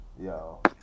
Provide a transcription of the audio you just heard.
Yo